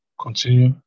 Continue